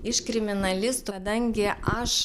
iš kriminalist kadangi aš